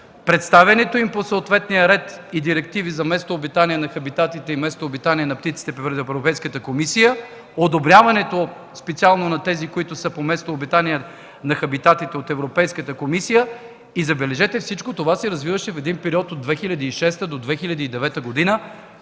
представянето им по съответния ред и директиви за местообитание или хабитатите и местообитания на птиците при Европейската комисия, одобряването специално на тези, които са по местообитания от Европейската комисия. Забележете, всичко това се развиваше в периода от 2006 до 2009 г.,